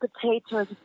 potatoes